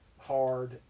hard